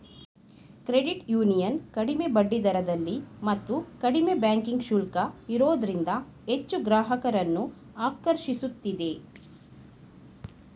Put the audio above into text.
credit union ಕಡಿಮೆ ಬಡ್ಡಿದರದಲ್ಲಿ ಮತ್ತು ಕಡಿಮೆ ಬ್ಯಾಂಕಿಂಗ್ ಶುಲ್ಕ ಇರೋದ್ರಿಂದ ಹೆಚ್ಚು ಗ್ರಾಹಕರನ್ನು ಆಕರ್ಷಿಸುತ್ತಿದೆ